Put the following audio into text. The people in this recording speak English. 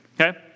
Okay